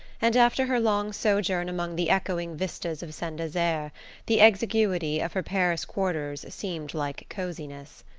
and after her long sojourn among the echoing vistas of saint desert the exiguity of her paris quarters seemed like cosiness.